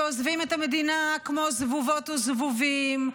שעוזבים את המדינה כמו זבובות וזבובים,